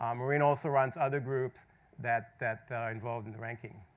um maureen also runs other groups that that are involved in the ranking.